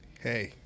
Hey